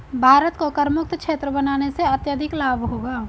भारत को करमुक्त क्षेत्र बनाने से अत्यधिक लाभ होगा